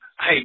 Hey